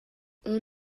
اون